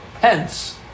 Hence